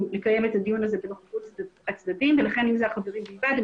לקיים את הדיון הזה בנוכחות הצדדים והם יכולים אם אלה החברים בלבד,